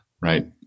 right